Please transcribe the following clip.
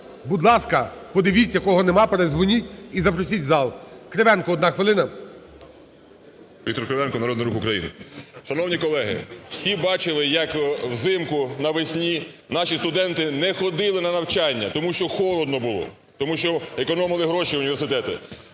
Будь ласка, подивіться кого нема, передзвоніть і запросіть в зал. Кривенко одна хвилина. 11:54:02 КРИВЕНКО В.М. Віктор Кривенко, "Народний Рух України". Шановні колеги, всі бачили, як взимку, навесні наші студенти не ходили на навчання, тому що холодно було, тому що економили гроші університети.